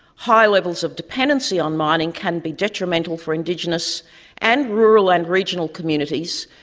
high levels of dependency on mining can be detrimental for indigenous and rural and regional communities,